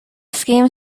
scheme